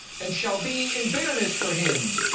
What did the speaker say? and shall be in bitterness for him,